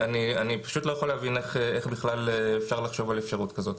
אני לא יכול להבין איך אפשר לחשוב על אפשרות כזאת.